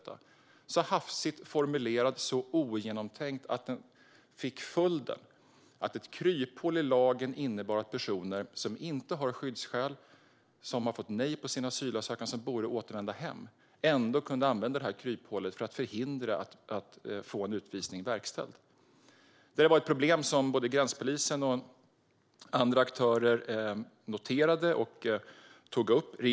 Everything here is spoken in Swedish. Den var så hafsig och ogenomtänkt att den fick följden att personer som inte hade skyddsskäl, som hade fått nej på sin asylansökan och som borde återvända hem kunde använda ett kryphål för att förhindra att utvisningen verkställdes. Både gränspolisen och andra aktörer noterade och tog upp problemet.